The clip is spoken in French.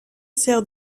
sert